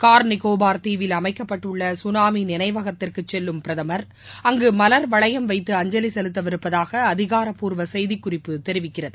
car Nicobar தீவில் அமைக்கப்பட்டுள்ள tsunami நினைவகத்திற்குச் செல்லும் பிரதமா் அங்கு மலர்வளையம் வைத்து அஞ்சவி செலுத்தவிருப்பதாக அதிகாரப்பூர்வ செய்திக்குறிப்பு தெரிவிக்கிறது